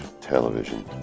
television